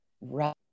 Right